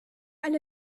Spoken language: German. alle